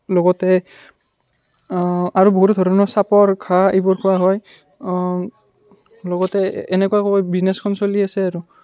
লগতে আৰু বহুতো ধৰণৰ চাপৰ ঘাঁহ এইবোৰ খোৱা হয় লগতে এনেকুৱাকৈ বিজনেছখন চলি আছে আৰু